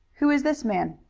who is this man?